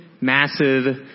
massive